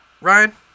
Ryan